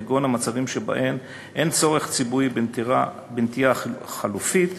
כגון המצבים שבהם אין צורך ציבורי בנטיעה חלופית,